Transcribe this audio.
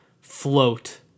float